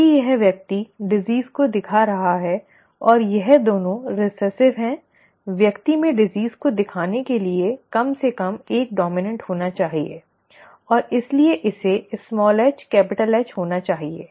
चूंकि यह व्यक्ति बीमारी को दिखा रहा है और यह दोनों रिसेसिव है व्यक्ति में बीमारी को दिखाने के लिए कम से कम एक डॉम्इनॅन्ट होना चाहिए और इसलिए इसे hH होना चाहिए